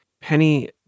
Penny